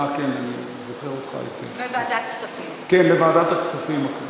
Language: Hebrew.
לוועדת הכספים.